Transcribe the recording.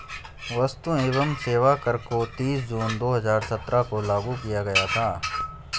वस्तु एवं सेवा कर को तीस जून दो हजार सत्रह को लागू किया गया था